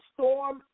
storm